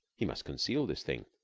he must conceal this thing.